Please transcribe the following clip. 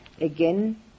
Again